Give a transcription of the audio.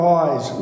eyes